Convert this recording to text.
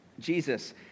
Jesus